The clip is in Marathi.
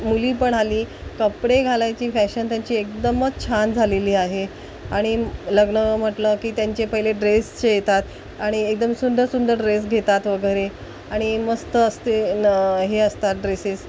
मुली पण हल्ली कपडे घालायची फॅशन त्यांची एकदमच छान झालेली आहे आणि लग्न म्हटलं की त्यांचे पहिले ड्रेसचे येतात आणि एकदम सुंदर सुंदर ड्रेस घेतात वगैरे आणि मस्त असते ना हे असतात ड्रेसेस